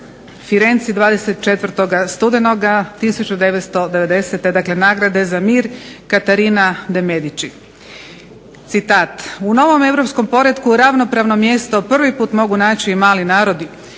Firenci 24. studenoga 1990., dakle nagrade za mir "Catarina de Medici". Citat: "U novom europskom poretku ravnopravno mjesto prvi put mogu naći i mali narodi